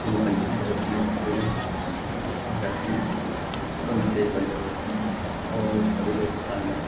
क्योंकि पक्षी बहुत हैं अगर हैं तो उनकी देखभाल ज़रूर करें और सभी लोग को पालना चहिए